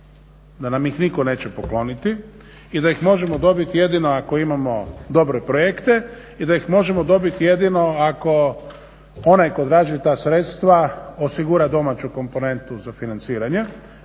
da nam ih nitko neće pokloniti i da ih možemo dobiti jedino ako imamo dobre projekte i da ih možemo dobiti jedino ako onaj tko odrađuje ta sredstva osigura domaću komponentu za financiranje.